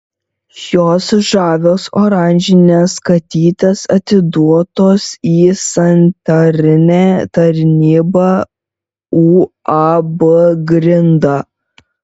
šios žavios oranžinės katytės atiduotos į sanitarinę tarnybą uab grinda